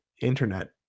internet